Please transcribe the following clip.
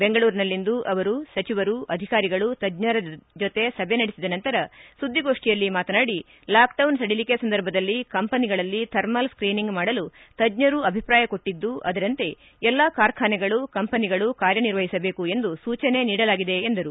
ಬೆಂಗಳೂರಿನಲ್ಲಿಂದು ಅವರು ಸಚಿವರು ಅಧಿಕಾರಿಗಳು ತಜ್ಞರ ಜೊತೆ ಸಭೆ ನಡೆಸಿದ ನಂತರ ಸುದ್ದಿಗೋಷ್ಷಿಯಲ್ಲಿ ಮಾತನಾಡಿ ಲಾಕ್ಡೌನ್ ಸಡಿಲಿಕೆ ಸಂದರ್ಭದಲ್ಲಿ ಕಂಪನಿಗಳಲ್ಲಿ ಥರ್ಮಲ್ ಸ್ತೀನಿಂಗ್ ಮಾಡಲು ತಜ್ಜರು ಅಭಿಪ್ರಾಯ ಕೊಟ್ಟದ್ದು ಅದರಂತೆ ಎಲ್ಲಾ ಕಾರ್ಖಾನೆಗಳು ಕಂಪನಿಗಳು ಕಾರ್ಯನಿರ್ವಹಿಸಬೇಕು ಎಂದು ಸೂಚನೆ ನೀಡಲಾಗಿದೆ ಎಂದರು